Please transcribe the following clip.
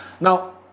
Now